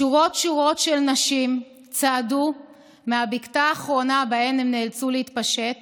שורות-שורות של נשים צעדו מהבקתה האחרונה שבה הן נאלצו להתפשט